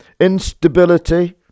Instability